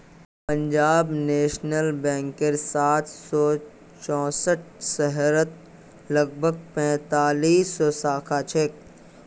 Punjab national बैंकेर सात सौ चौसठ शहरत लगभग पैंतालीस सौ शाखा छेक